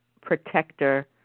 protector